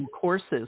courses